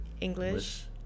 English